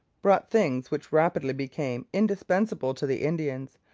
brought things which rapidly became indispensable to the indians,